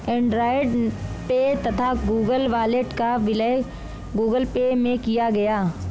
Android Pay तथा Google Wallet का विलय गूगल पे में किया गया